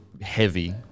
heavy